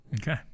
Okay